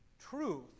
Truth